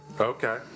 Okay